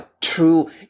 true